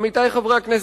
עמיתי חברי הכנסת,